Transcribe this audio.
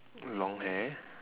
long hair